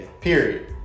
Period